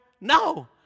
No